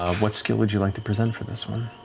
ah what skill would you like to present for this one?